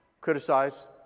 criticize